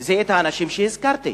זה האנשים שהזכרתי,